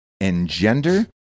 engender